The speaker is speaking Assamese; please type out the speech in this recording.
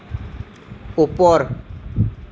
ওপৰ